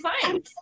fine